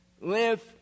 live